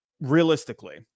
realistically